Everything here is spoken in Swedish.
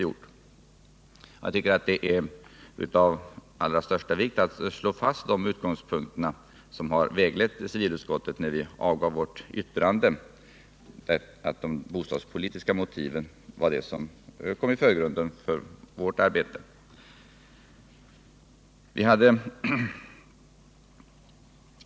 Jag tycker det är av allra största vikt att slå fast de utgångspunkter som vägledde oss i civilutskottet när vi avgav vårt yttrande — de bostadspolitiska motiven var de som kom i förgrunden för vårt arbete.